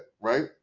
right